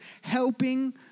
helping